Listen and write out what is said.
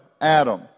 Adam